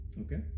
Okay